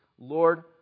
Lord